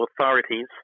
authorities